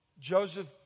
joseph